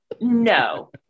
No